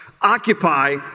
Occupy